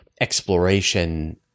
exploration